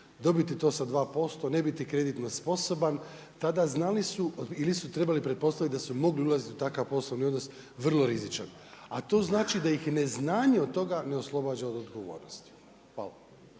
dobiti to sa 2%, ne biti kreditno sposoban, tada znali su ili su trebali pretpostaviti da su mogli ulaziti u takav poslovni odnos vrlo rizičan, a to znači da ih i neznanje od toga ne oslobađa od odgovornosti. Hvala.